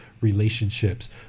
relationships